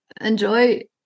enjoy